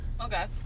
Okay